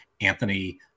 Anthony